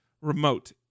remote